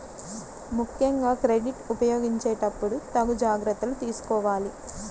ముక్కెంగా క్రెడిట్ ఉపయోగించేటప్పుడు తగు జాగర్తలు తీసుకోవాలి